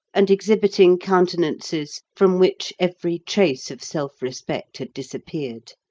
and exhibiting countenances from which every trace of self-respect had disappeared.